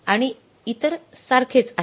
आणि इतर सारखेच आहेत